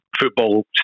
football